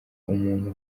umuntu